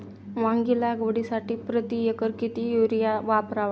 वांगी लागवडीसाठी प्रति एकर किती युरिया वापरावा?